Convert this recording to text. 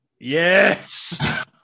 yes